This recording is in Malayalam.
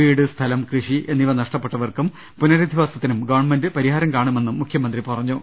വീട് സ്ഥലം കൃഷി എന്നിവ നഷ്ടപ്പെട്ടവർക്കും പുനരധിപാസത്തിനും ഗവൺമെന്റ് പരിഹാരം കാണുമെന്നും മുഖ്യമന്ത്രി പറഞ്ഞു